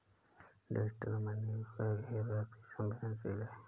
digital money उपयोग हेतु अति सवेंदनशील है